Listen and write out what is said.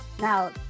Now